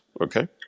okay